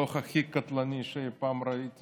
הדוח הכי קטלני שאי פעם ראיתי